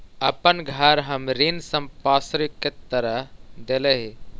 अपन घर हम ऋण संपार्श्विक के तरह देले ही